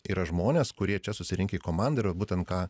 yra žmonės kurie čia susirinkę į komandą būtent ką